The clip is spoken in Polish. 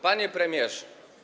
Panie Premierze!